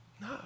No